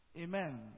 Amen